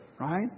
Right